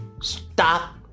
Stop